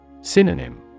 Synonym